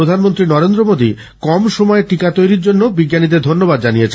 প্রধানমন্ত্রী নরেন্দ্র মোদী কম সময়ে টিকা তৈরির জন্য বিজ্ঞানীদের ধন্যবাদ জানিয়েছেন